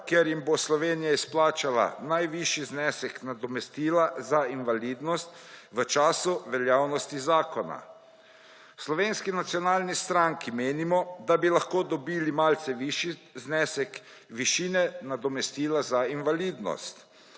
ker jim bo Slovenija izplačala najvišji znesek nadomestila za invalidnost v času veljavnosti zakona, v Slovenski nacionalni stranki menimo, da bi lahko dobili malce višji znesek višine nadomestila za invalidnost.